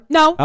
no